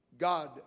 God